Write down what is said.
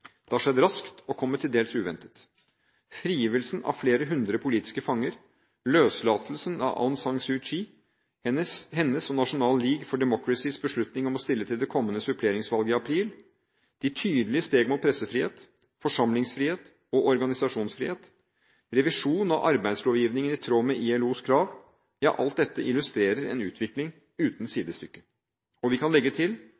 Det har skjedd raskt og kommet til dels uventet. Frigivelsen av flere hundre politiske fanger, løslatelsen av Aung San Suu Kyi, hennes og National League for Democracys beslutning om å stille til det kommende suppleringsvalget i april, de tydelige steg mot pressefrihet, forsamlingsfrihet og organisasjonsfrihet, revisjon av arbeidslovgivningen i tråd med ILOs krav – ja, alt dette illustrerer en utvikling uten sidestykke. Og vi kan legge til